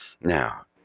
Now